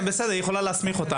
--- בסדר, היא יכולה להסמיך אותה.